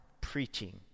preaching